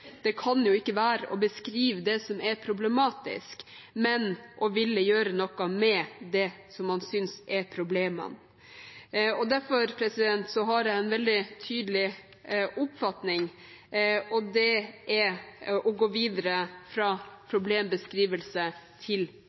kan være å beskrive det som er problematisk, men å ville gjøre noe med det som man synes er problemene. Derfor har jeg en veldig tydelig oppfatning, og det er å gå videre fra problembeskrivelse til